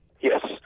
Yes